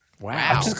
Wow